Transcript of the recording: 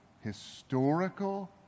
historical